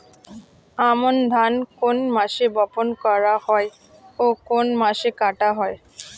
আমন ধান কোন মাসে বপন করা হয় ও কোন মাসে কাটা হয়?